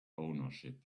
ownership